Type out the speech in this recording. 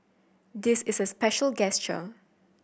this is a special gesture